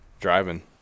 driving